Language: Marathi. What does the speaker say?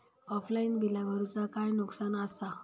ऑफलाइन बिला भरूचा काय नुकसान आसा?